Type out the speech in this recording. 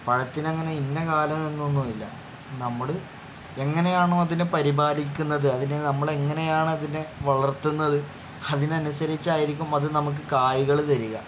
പഴത്തിന് അങ്ങനെ ഇന്ന കാലം എന്നൊന്നും ഇല്ല നമ്മൾ എങ്ങനെയാണോ അതിനെ പരിപാലിക്കുന്നത് അതിന് നമ്മൾ എങ്ങനെയാണ് അതിനെ വളർത്തുന്നത് അതിന് അനുസരിച്ചായിരിക്കും അത് നമുക്ക് കായ്കൾ തരിക